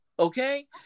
Okay